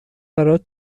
برات